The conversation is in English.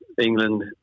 England